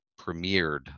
premiered